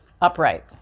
upright